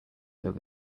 over